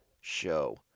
show